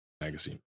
magazine